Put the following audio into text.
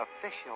Official